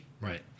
Right